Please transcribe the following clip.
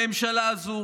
הממשלה הזו